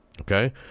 Okay